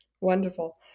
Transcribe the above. Wonderful